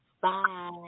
Bye